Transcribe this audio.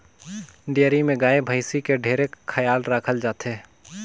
dairy में गाय, भइसी के ढेरे खयाल राखल जाथे